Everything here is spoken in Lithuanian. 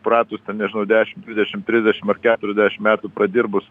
pratus ten nežinau dešim dvidešim trisdešim ar keturiasdešim metų pradirbus